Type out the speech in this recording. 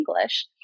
English